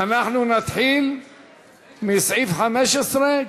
אנחנו נתחיל מסעיף 15,